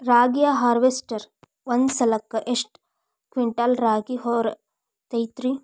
ರಾಗಿಯ ಹಾರ್ವೇಸ್ಟರ್ ಒಂದ್ ಸಲಕ್ಕ ಎಷ್ಟ್ ಕ್ವಿಂಟಾಲ್ ರಾಗಿ ಹೊರ ತೆಗಿತೈತಿ?